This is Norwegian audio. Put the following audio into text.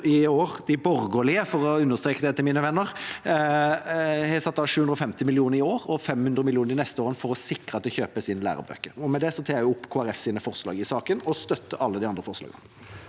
de borgerlige, for å understreke det til mine venner – har satt av 750 mill. kr og 500 mill. kr de neste årene for å sikre at det kjøpes inn lærebøker. Med det tar jeg opp Kristelig Folkepartis forslag i saken og støtter alle de andre forslagene.